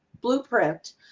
blueprint